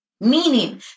Meaning